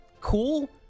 cool